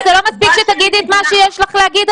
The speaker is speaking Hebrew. אבל זה לא מספיק שתגידי את מה שיש לך להגיד,